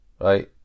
right